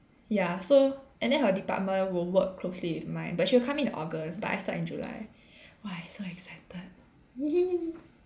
ya so and then her department will work closely with mine but she'll come in in August but I start in July !wah! I so excited